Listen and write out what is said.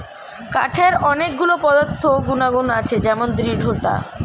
কাঠের অনেক গুলো পদার্থ গুনাগুন আছে যেমন দৃঢ়তা